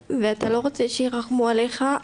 ואתה לא רוצה שירחמו עליך,